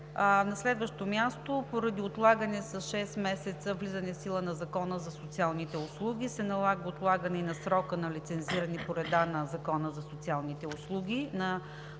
На следващо място – поради отлагане с 6 месеца влизането в сила на Закона за социалните услуги се налага отлагане и на срока за лицензиране по реда на ЗСУ на досегашните частни